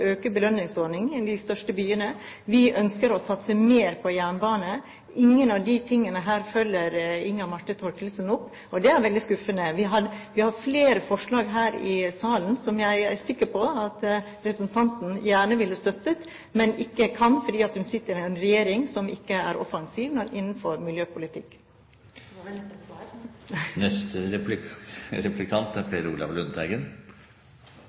øke belønningsordningen i de største byene. Vi ønsker å satse mer på jernbane. Ingen av disse tingene følger Inga Marte Thorkildsen opp, og det er veldig skuffende. Vi har flere forslag her i salen som jeg er sikker på at representanten gjerne ville støttet, men ikke kan, fordi hun sitter i en regjering som ikke er offensiv innenfor miljøpolitikk. Det var vel neppe et svar. Jernbanenettet er